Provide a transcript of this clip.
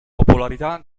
popolarità